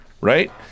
Right